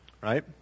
right